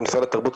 משרד התרבות,